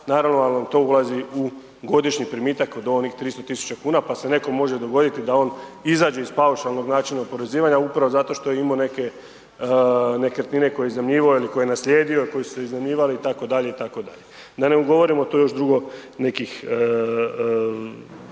naravno ali to vam ulazi u godišnji primitak od onih 300 000 kuna pa se nekom može dogoditi da on izađe iz paušalnog načina oporezivanja upravo zato što je imao neke nekretnine koje je iznajmljivao ili koje je naslijedio, koje su iznajmljivali itd., itd., da ne govorimo tu još drugo opcija